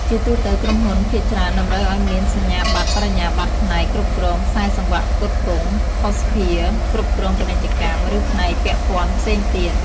ជាទូទៅ ក្រុមហ៊ុនភាគច្រើនតម្រូវឱ្យមានសញ្ញាបត្របរិញ្ញាបត្រផ្នែក គ្រប់គ្រងខ្សែសង្វាក់ផ្គត់ផ្គង់, ភស្តុភារ , គ្រប់គ្រងពាណិជ្ជកម្ម ឬផ្នែកពាក់ព័ន្ធផ្សេងទៀត។